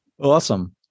Awesome